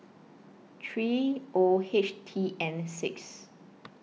three O H T N six